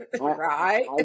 Right